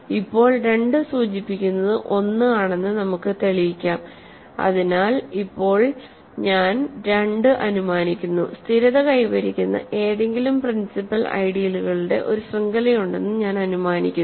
ഇപ്പോൾ 2 സൂചിപ്പിക്കുന്നത് 1 ആണെന്ന് നമുക്ക് തെളിയിക്കാം അതിനാൽ ഇപ്പോൾ ഞാൻ 2 അനുമാനിക്കുന്നു സ്ഥിരത കൈവരിക്കുന്ന ഏതെങ്കിലും പ്രിൻസിപ്പൽ ഐഡിയലുകളുടെ ഒരു ശൃംഖലയുണ്ടെന്ന് ഞാൻ അനുമാനിക്കുന്നു